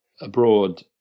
abroad